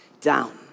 down